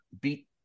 beat